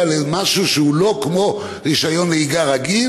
למשהו שהוא לא כמו רישיון נהיגה רגיל,